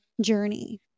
journey